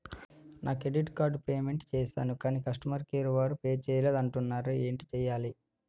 నా credit card payment చేసాను కాని కస్టమర్ కేర్ వారు పే చేయలేదు అంటున్నారు ఏంటి చేయాలి?